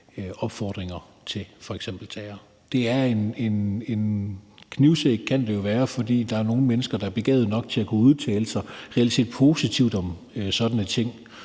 opfordringer til f.eks. terror. Det er en balance på en knivsæg, for der er nogle mennesker, der er begavede nok til at kunne udtale sig positivt om sådanne ting